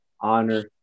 Honor